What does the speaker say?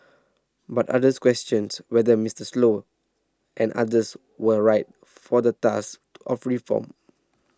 but others questioned whether Mister Sloan and others were right for the task of reform